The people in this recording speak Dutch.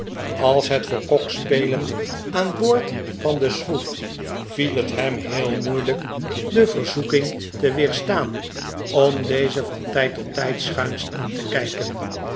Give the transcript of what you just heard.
als het voor kok spelen aan boord van de schroef viel het hem heel moeilijk de verzoeking te weerstaan om dezen van tijd tot tijd schuins aan te kijken